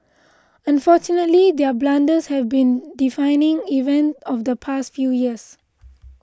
unfortunately their blunders have been defining event of the past few years